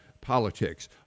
politics